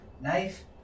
Knife